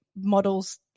models